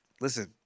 listen